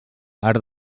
arc